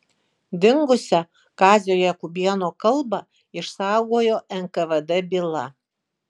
dingusią kazio jakubėno kalbą išsaugojo nkvd byla